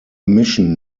mission